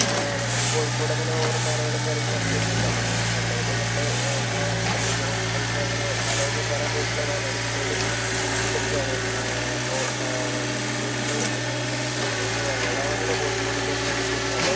നമുക്ക് കോഴിക്കോട് അങ്ങനെ ഒരു മലകളും കാര്യങ്ങളൊന്നും വരുന്നില്ല പിന്നെ ഉള്ളതില് നമ്മള് എങ്ങനെ അഡ്വെൻജറായിട്ട് ടൈപ്പ് അങ്ങനെ മല ഒക്കെ കയറാൻ പോയിട്ടുള്ളത് വയനാട് ജില്ലയിയിലും ഇടുക്കിലൊക്കെയാണ് അപ്പോൾ വയനാട്ടിൽ പോയിട്ട് നമുക്ക് ഇപ്പോൾ വയനാടാണല്ലോ കോഴിക്കോടിൻ്റെ ഏറ്റവും അടുത്ത് വരുന്നത് അപ്പോൾ